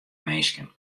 minsken